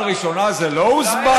כיוון שבקריאה הראשונה זה לא הוסבר,